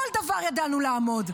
כל דבר ידענו לעמוד.